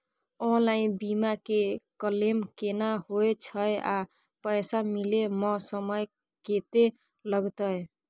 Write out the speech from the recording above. Online बीमा के claim केना होय छै आ पैसा मिले म समय केत्ते लगतै?